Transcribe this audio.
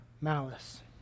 malice